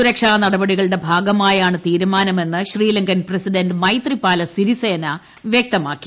സുരക്ഷാനടപടികളുടെ ഭാഗമായാണ് തീരുമാനമെന്ന് Sri Lankan president Maithripala Sirisena വ്യക്തമാക്കി